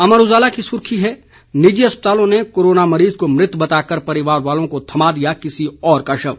अमर उजाला की सुर्खी है निजी अस्पताल ने कोरोना मरीज को मृत बताकर परिवार वालों को थमा दिया किसी और का शव